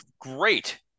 Great